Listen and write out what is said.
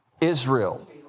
Israel